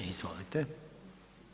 Izvolite.